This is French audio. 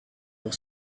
pour